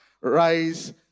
Rise